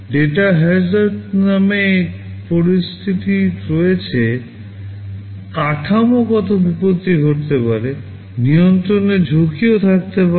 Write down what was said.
data hazards নামে পরিস্থিতি রয়েছে কাঠামোগত বিপত্তি হতে পারে নিয়ন্ত্রণের ঝুঁকিও থাকতে পারে